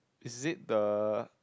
is it the